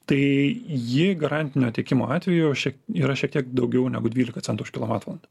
tai ji garantinio tiekimo atveju šiek yra šiek tiek daugiau negu dvylika centų už kilovatvalandę